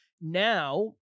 Now